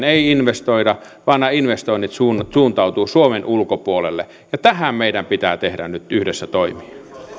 ei investoida vaan nämä investoinnit suuntautuvat suuntautuvat suomen ulkopuolelle ja tähän meidän pitää tehdä nyt yhdessä toimia